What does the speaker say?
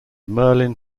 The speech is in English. merlin